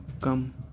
come